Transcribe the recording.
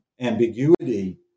ambiguity